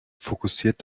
fokussiert